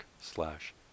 slash